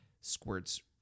squirts